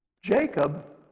Jacob